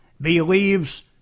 believes